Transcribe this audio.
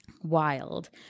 wild